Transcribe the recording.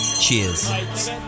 cheers